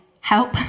help